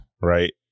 right